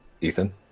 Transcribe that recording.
Ethan